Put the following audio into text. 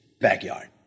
backyard